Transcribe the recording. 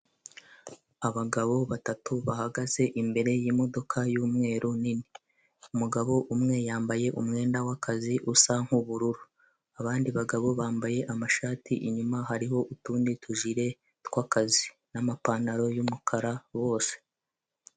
Abagabo batatu bahagaze imbere y'imodoka y'umweru nini, umugabo umwe yambaye umwenda wakazi usa nk'ubururu abandi bagabo bambaye amashati inyuma hariho utujire twakazi n'amapantaro y'umukara bose.